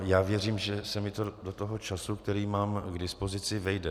Já věřím, že se mi to do toho času, který mám k dispozici, vejde.